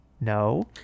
No